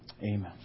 Amen